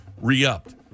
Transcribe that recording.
re-upped